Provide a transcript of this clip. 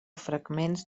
fragments